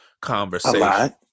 conversation